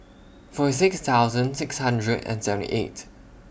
forty six thousand six hundred and seventy eight